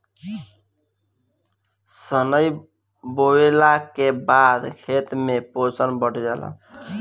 सनइ बोअला के बाद खेत में पोषण बढ़ जाला